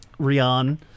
Rian